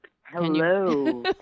Hello